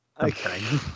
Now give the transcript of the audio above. Okay